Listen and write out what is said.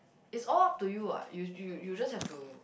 it's all up to you what you you you just have to